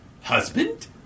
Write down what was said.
husband